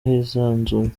hisanzuye